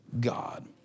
God